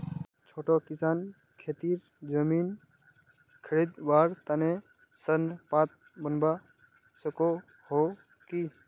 छोटो किसान खेतीर जमीन खरीदवार तने ऋण पात्र बनवा सको हो कि?